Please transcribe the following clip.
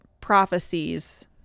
prophecies